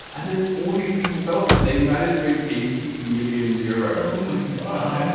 and then all these people fell for it. they managed to raise eighteen million euro my god.